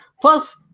plus